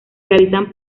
realizan